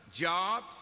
jobs